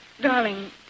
Darling